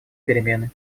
перемены